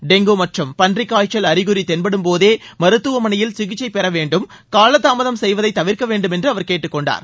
dengue மற்றும் பன்றிக் காய்ச்சல் அறிகுறி தென்படும் போதே மருத்துவமனையில் சிகிச்சை பெற வேண்டும் காலதாமதம் செய்வதை தவிர்க்க வேண்டுமென்று அவர் கேட்டுக் கொண்டார்